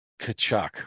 Kachuk